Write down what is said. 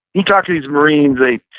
he talked to to his marines, they